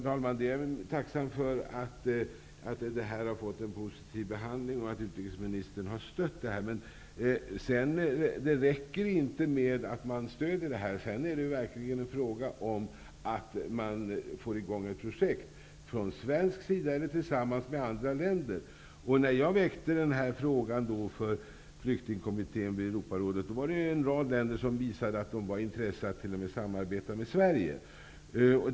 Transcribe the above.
Herr talman! Jag är tacksam för att förslaget har fått en positiv behandling och att utrikesministern har stött det. Men det räcker inte med att man stöder det. Det är fråga om att verkligen få i gång ett projekt från svensk sida eller tillsammans med andra länder. När jag väckte frågan i flyktingkommittén vid Europarådet var det en rad länder som visade intresse t.o.m. för att samarbeta med Sverige.